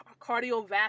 cardiovascular